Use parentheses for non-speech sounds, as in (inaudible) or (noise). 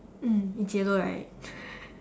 mm it's J-Lo right (laughs)